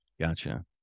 Gotcha